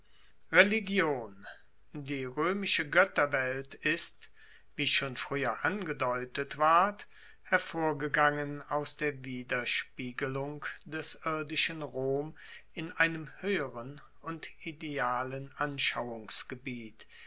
religion die roemische goetterwelt ist wie schon frueher angedeutet ward hervorgegangen aus der widerspiegelung des irdischen rom in einem hoeheren und idealen